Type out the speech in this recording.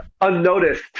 unnoticed